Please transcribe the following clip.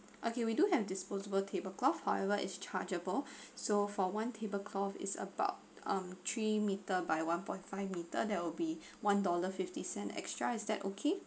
okay we do have disposable tablecloth however it's chargeable so for one tablecloth is about um three meter by one point five meter that would be one dollar fifty cent extra is that okay